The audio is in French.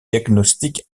diagnostics